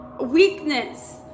weakness